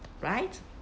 right